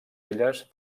elles